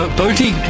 boaty